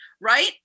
right